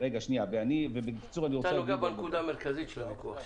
אתה נוגע בנקודה המרכזית של הוויכוח.